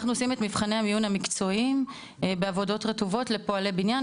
אנחנו עושים את מבחני המיון המקצועיים בעבודות רטובות לפועלי בניין,